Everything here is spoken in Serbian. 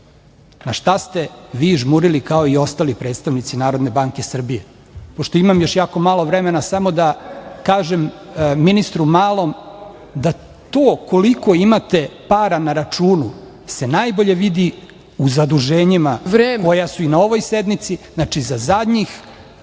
na šta ste vi žmurili, kao i ostali predstavnici NBS.Pošto imam još jako malo vremena, samo da kažem ministru Malom da to koliko imate para na računu se najbolje vidi u zaduženjima koja su i na ovoj sednici, znači za zadnjih